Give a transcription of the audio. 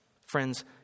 Friends